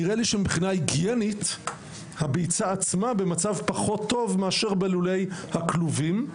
נראה לי שמבחינה היגיינית הביצה עצמה במצב פחות טוב מאשר בלולי הכלובים.